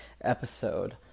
episode